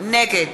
נגד